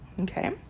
Okay